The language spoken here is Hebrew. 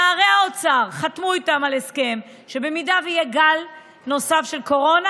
נערי האוצר חתמו איתם על הסכם שבמידה שיהיה גל נוסף של קורונה,